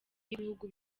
y’ibihugu